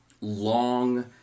long